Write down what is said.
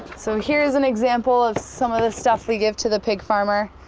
so here's an example of some of the stuff we give to the pig farmer.